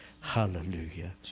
hallelujah